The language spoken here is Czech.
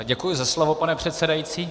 Děkuji za slovo, pane předsedající.